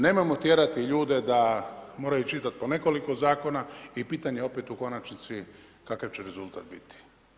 Nemojmo tjerati ljude da moraju čitati po nekoliko zakona i pitanje opet u konačnici kakav će rezultat biti.